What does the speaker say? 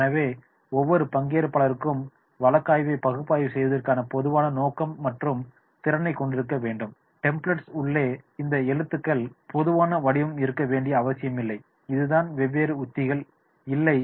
எனவே ஒவ்வொரு பங்கேற்பாளர்களும் வழக்காய்வை பகுப்பாய்வு செய்வதற்கான பொதுவான நோக்கம் மற்றும் திறனைக் கொண்டிருக்க வேண்டும் டெம்ப்ளட்ஸ் உள்ளே இந்த எழுத்துக்கு பொதுவான வடிவம் இருக்க வேண்டிய அவசியமில்லை இதுதான் வெவ்வேறு உத்திகள் இல்லை